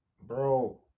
bro